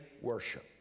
worship